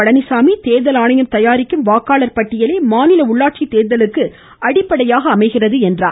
பழனிச்சாமி தேர்தல் ஆணையம் தயாரிக்கும் வாக்காளர் பட்டியலே மாநில உள்ளாட்சித் தேர்தலுக்கு அடிப்படையாக அமைகிறது என்றார்